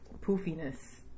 poofiness